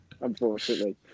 unfortunately